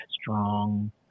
strong